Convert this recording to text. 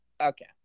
Okay